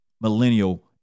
millennial